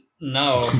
no